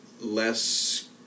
less